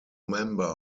member